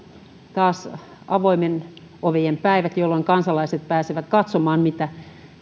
taas avoimien ovien päivät jolloin kansalaiset pääsevät katsomaan mitä